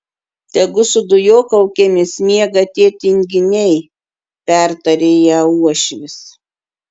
tegu su dujokaukėmis miega tie tinginiai pertarė ją uošvis